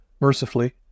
Mercifully